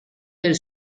del